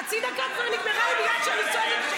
חצי דקה כבר נגמרה לי בגלל שאני צועקת,